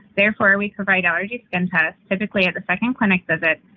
therefore, we provide allergy skin test physically at the second clinic visit,